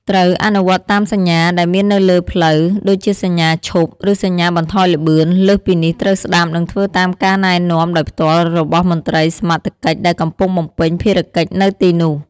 ត្រូវ អនុវត្តតាមសញ្ញា ដែលមាននៅលើផ្លូវ ដូចជាសញ្ញាឈប់ ឬសញ្ញាបន្ថយល្បឿន លើសពីនេះ ត្រូវស្តាប់ និងធ្វើតាមការណែនាំដោយផ្ទាល់របស់មន្ត្រីសមត្ថកិច្ចដែលកំពុងបំពេញភារកិច្ចនៅទីនោះ។